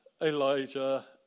Elijah